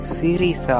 series